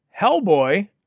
Hellboy